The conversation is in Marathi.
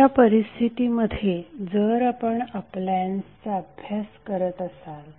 अशा परिस्थितीमध्ये जर आपण अप्लायन्सचा अभ्यास करत असाल